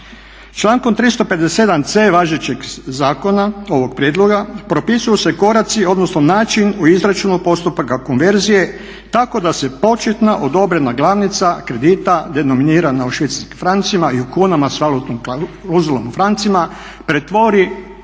Člankom 357.c važećeg zakona ovog prijedloga propisuju se koraci odnosno način u izračunu postupaka konverzije tako da se početna odobrena glavnica kredita denominirana u švicarskim francima i u kunama s valutnom klauzulom u francima pretvori u